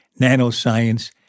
nanoscience